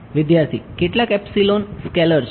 વિદ્યાર્થી કેટલાક epsilon scalar છે